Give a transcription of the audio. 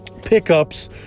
pickups